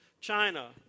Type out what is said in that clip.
China